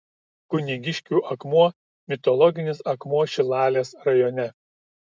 kunigiškių akmuo mitologinis akmuo šilalės rajone